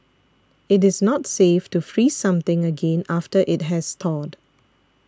it is not safe to freeze something again after it has thawed